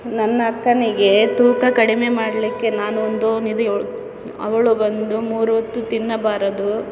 ನನ್ನ ಅಕ್ಕನಿಗೆ ತೂಕ ಕಡಿಮೆ ಮಾಡಲಿಕ್ಕೆ ನಾನೊಂದು ನಿಧಿಯೊಳು ಅವಳು ಬಂದು ಮೂರೊತ್ತು ತಿನ್ನಬಾರದು